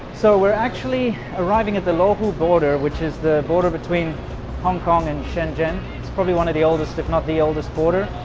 so, we're actually arriving at the local border which is the border between hong kong and shenzhen? it's probably one of the oldest if not the oldest border,